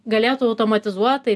galėtų automatizuotai